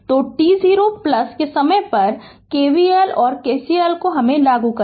तो t0 के समय पर KVL और KCL लागू करें